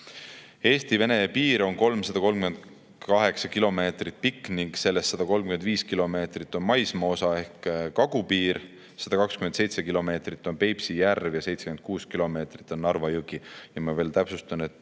Eesti-Vene piir on 338 kilomeetrit pikk ning sellest 135 kilomeetrit on maismaaosa ehk kagupiir, 127 kilomeetrit on Peipsi järv ja 76 kilomeetrit on Narva jõgi. Ma veel täpsustan, et